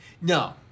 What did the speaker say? No